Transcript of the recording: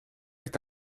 est